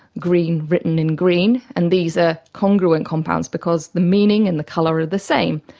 green written in green, and these are congruent compounds because the meaning and the colour are the same.